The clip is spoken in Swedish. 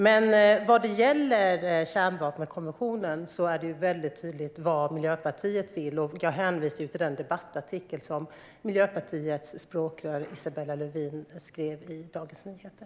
Men när det gäller kärnvapenkonventionen är det tydligt vad Miljöpartiet vill. Jag hänvisar till den debattartikel som Miljöpartiets språkrör Isabella Lövin skrev i Dagens Nyheter.